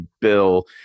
bill